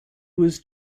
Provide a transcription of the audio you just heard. was